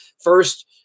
First